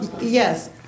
Yes